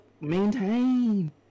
Maintain